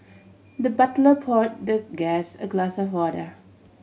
the butler pour the guest a glass of water